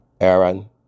Aaron